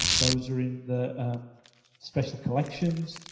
those are in the special collections,